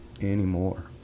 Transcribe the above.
anymore